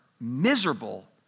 miserable